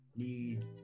Need